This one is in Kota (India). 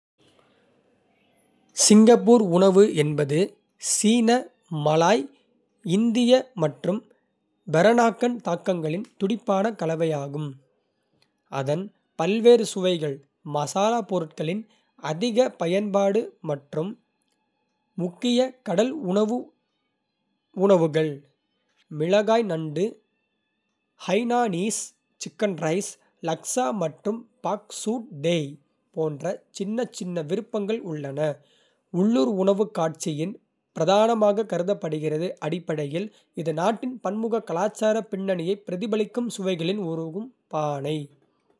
சிங்கப்பூர் உணவு என்பது சீன, மலாய், இந்திய மற்றும் பெரனாக்கன் தாக்கங்களின் துடிப்பான கலவையாகும், அதன் பல்வேறு சுவைகள். மசாலாப் பொருட்களின் அதிக பயன்பாடு மற்றும் முக்கிய கடல் உணவு உணவுகள், மிளகாய் நண்டு, ஹைனானீஸ் சிக்கன் ரைஸ், லக்சா மற்றும் பாக் குட் தேஹ் போன்ற சின்னச் சின்ன விருப்பங்கள் உள்ளன. உள்ளூர் உணவுக் காட்சியின் பிரதானமாகக் கருதப்படுகிறது; அடிப்படையில், இது நாட்டின் பன்முக கலாச்சார பின்னணியை பிரதிபலிக்கும் சுவைகளின் உருகும் பானை.